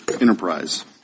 enterprise